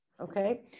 Okay